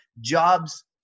jobs